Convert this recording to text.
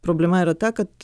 problema yra ta kad